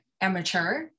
amateur